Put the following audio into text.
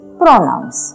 pronouns